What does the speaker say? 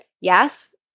yes